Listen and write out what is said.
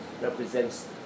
represents